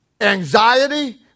anxiety